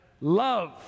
love